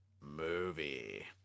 movie